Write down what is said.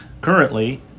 Currently